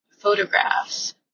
photographs